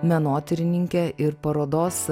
menotyrininke ir parodos